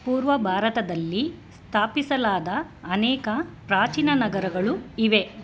ಪೂರ್ವ ಭಾರತದಲ್ಲಿ ಸ್ಥಾಪಿಸಲಾದ ಅನೇಕ ಪ್ರಾಚೀನ ನಗರಗಳು ಇವೆ